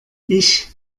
ich